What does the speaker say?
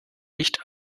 nicht